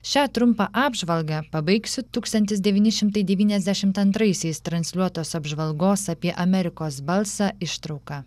šią trumpą apžvalgą pabaigsiu tūkstantis devyni šimtai devyniasdešimt antraisiais transliuotos apžvalgos apie amerikos balsą ištrauka